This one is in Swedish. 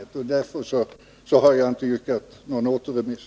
Det är därför jag inte har yrkat återremiss.